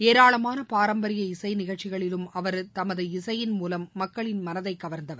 ஏராளமான பாரம்பரிய இசை நிகழ்ச்சிகளிலும் அவர் தமது இசையின் மூலம் மக்களின் மனதை கவர்ந்தவர்